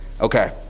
okay